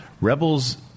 Rebels